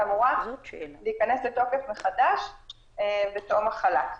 שאמורה להיכנס לתוקף מחדש בתום החל"ת.